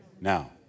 Now